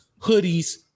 hoodies